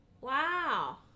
Wow